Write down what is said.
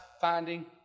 finding